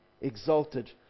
exalted